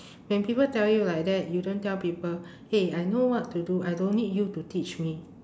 when people tell you like that you don't tell people eh I know what to do I don't need you to teach me